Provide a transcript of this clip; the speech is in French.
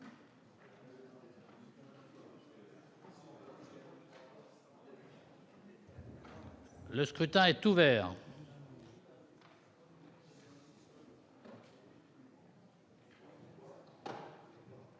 Le scrutin est ouvert.